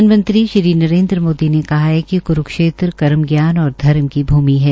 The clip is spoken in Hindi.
प्रधानमंत्री श्री नरेन्द्र मोदी ने कहा है कि क्रूक्षेत्र कर्मज्ञान और धर्म की भ्रमि है